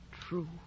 true